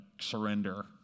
surrender